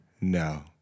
no